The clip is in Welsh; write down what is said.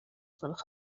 gwelwch